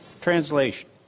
translation